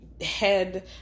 head